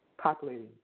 Populating